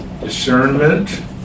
Discernment